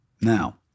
Now